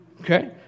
Okay